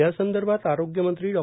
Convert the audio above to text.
यासंदर्भात आरोग्यमंत्री डॉ